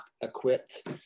equipped